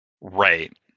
Right